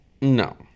no